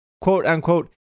quote-unquote